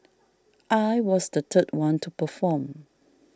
I was the third one to perform